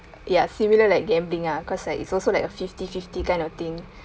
ya similar like gambling ah cause like it's also like a fifty fifty kind of thing